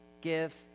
give